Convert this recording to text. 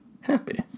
happy